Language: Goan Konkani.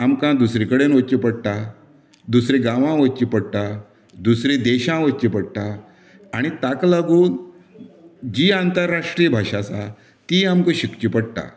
आमकां दुसरें कडेन वच्चे पडटा दुसऱ्यां गांवांत वच्चे पडटा दुसरें देशांत वच्चे पडटा आनी तांका लागून जी आंतरराष्ट्रीय भाशा आसा ती आमकां शिकची पडटा